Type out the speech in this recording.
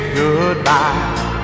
goodbye